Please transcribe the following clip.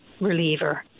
reliever